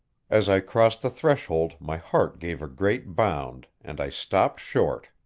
as i crossed the threshold my heart gave a great bound, and i stopped short.